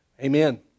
Amen